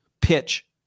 pitch